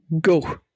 Go